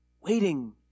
waiting